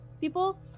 people